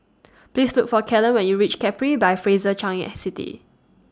Please Look For Kellen when YOU REACH Capri By Fraser Changi City